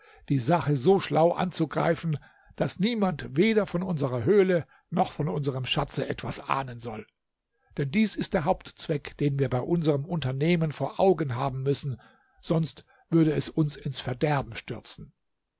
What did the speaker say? die sache so schlau anzugreifen daß niemand weder von unserer höhle noch von unserm schatze etwas ahnen soll denn dies ist der hauptzweck den wir bei unserm unternehmen vor augen haben müssen sonst würde es uns ins verderben stürzen